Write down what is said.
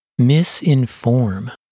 misinform